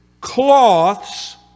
cloths